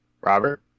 Robert